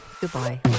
Goodbye